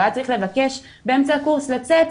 הוא היה צריך לבקש באמצע הקורס לצאת,